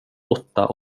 åtta